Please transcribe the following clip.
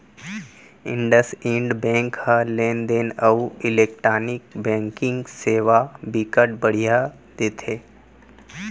IndusInd bank ह लेन देन अउ इलेक्टानिक बैंकिंग सेवा बिकट बड़िहा देथे